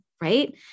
right